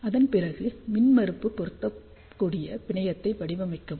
அதன் பிறகு மின்மறுப்பு பொருந்தக்கூடிய பிணையத்தை வடிவமைக்கவும்